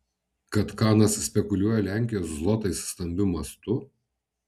kad kanas spekuliuoja lenkijos zlotais stambiu mastu